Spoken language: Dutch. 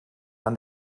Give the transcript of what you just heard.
een